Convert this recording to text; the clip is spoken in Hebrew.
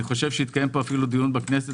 אני חושב שאפילו התקיים פה דיון בכנסת